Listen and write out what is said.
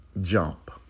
Jump